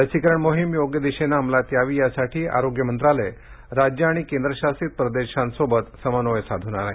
लसीकरण मोहीम योग्य दिशेने अंमलात यावी यासाठी आरोग्य मंत्रालय राज्ये आणि केंद्रशासित प्रदेशांशी समन्वय साधून आहे